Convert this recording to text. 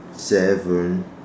seven